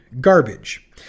garbage